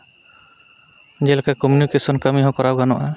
ᱡᱮᱞᱮᱠᱟ ᱠᱚᱢᱤᱣᱱᱤᱠᱮᱥᱚᱱ ᱠᱟᱹᱢᱤ ᱦᱚᱸ ᱠᱚᱨᱟᱣ ᱜᱟᱱᱚᱜᱼᱟ